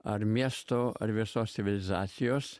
ar miesto ar visos civilizacijos